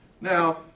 Now